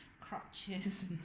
crutches